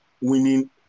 winning